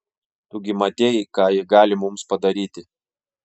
tu gi matei ką ji gali mums padaryti